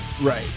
Right